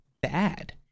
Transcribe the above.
bad